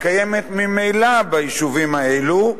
הקיימת ממילא ביישובים האלו,